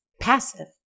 passive